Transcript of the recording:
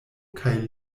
kaj